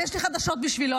יש לי חדשות בשבילו.